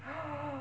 !huh!